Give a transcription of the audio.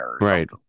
Right